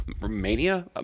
Romania